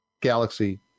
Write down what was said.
galaxy